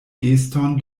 geston